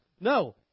No